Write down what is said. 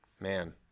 Man